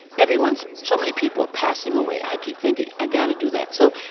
everyone's so many people are passing away. i keep thinking i gotta do that so,